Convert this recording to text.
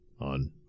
on